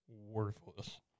worthless